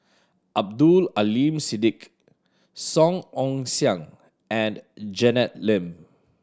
Abdul Aleem Siddique Song Ong Siang and Janet Lim